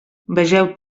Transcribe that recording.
vegeu